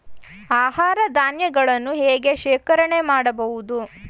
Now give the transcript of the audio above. ಆಹಾರ ಧಾನ್ಯಗಳನ್ನು ಹೇಗೆ ಶೇಖರಣೆ ಮಾಡಬಹುದು?